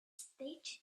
stated